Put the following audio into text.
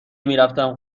میرفتم